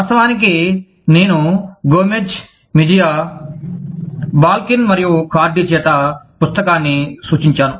వాస్తవానికి నేను Gomez Mejia Balkin మరియు కార్డిGomez Mejia Balkin and Cardy చేత పుస్తకాన్ని సూచించాను